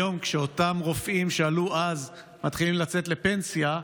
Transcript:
היום, כשאותם רופאים שעלו אז מתחילים לצאת לפנסיה,